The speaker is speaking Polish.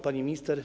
Pani Minister!